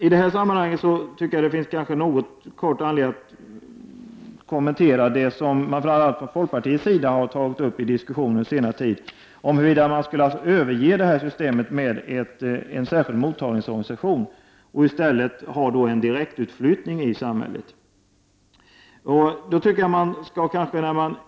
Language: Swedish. I detta sammanhang finns det kanske anledning att något kort kommentera något som man från framför allt folkpartiets sida har tagit upp till diskussion under senare tid, nämligen frågan om man skall överge systemet med en särskild mottagningsorganisation och i stället ha en direktutflyttning i samhället.